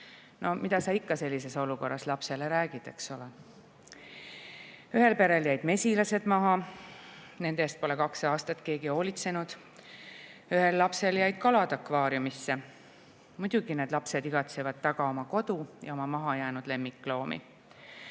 No mida sa ikka sellises olukorras lapsele räägid, eks ole. Ühel perel jäid mesilased maha, nende eest pole kaks aastat keegi hoolitsenud. Ühel lapsel jäid kalad akvaariumisse. Muidugi, need lapsed igatsevad taga oma kodu ja oma mahajäänud lemmikloomi. Ukraina